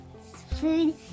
food